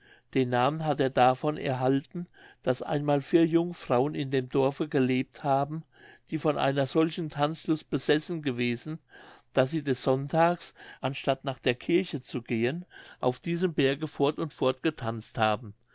den namen hat er davon erhalten daß einmal vier jungfrauen in dem dorfe gelebt haben die von einer solchen tanzlust besessen gewesen daß sie des sonntags anstatt nach der kirche zu gehen auf diesem berge fort und fort getanzt haben